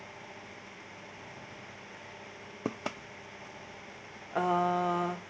ah